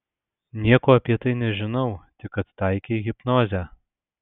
nieko apie tai nežinau tik kad taikei hipnozę